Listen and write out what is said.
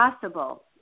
possible